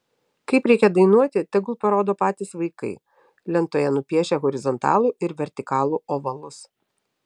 kaip reikia dainuoti tegul parodo patys vaikai lentoje nupiešę horizontalų ir vertikalų ovalus